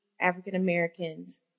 African-Americans